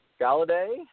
Galladay